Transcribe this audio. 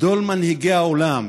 גדול מנהיגי העולם,